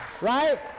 right